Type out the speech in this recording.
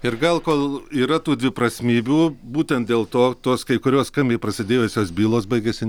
ir gal kol yra tų dviprasmybių būtent dėl to tos kai kurios skambiai prasidėjusios bylos baigiasi